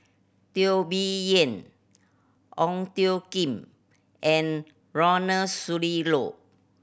Teo Bee Yen Ong Tjoe Kim and Ronald Susilo